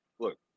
Look